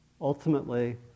ultimately